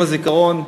ביום הזיכרון לרבין,